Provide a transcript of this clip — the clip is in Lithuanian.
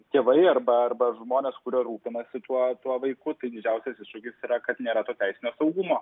tėvai arba arba žmonės kurie rūpinasi tuo tuo vaiku tai didžiausias iššūkis yra kad nėra to teisinio saugumo